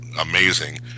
amazing